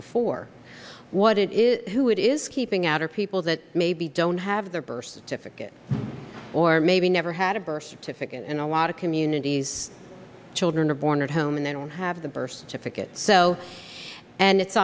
before what it is who it is keeping out or people that maybe don't have their birth certificate or maybe never had a birth certificate in a lot of communities children are born at home and they don't have the birth to pick it so and it's